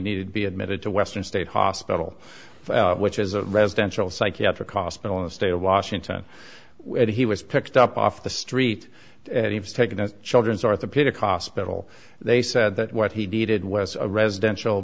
needed to be admitted to western state hospital which is a residential psychiatric hospital in the state of washington where he was picked up off the street and he was taken as a children's orthopedic hospital they said that what he needed was a residential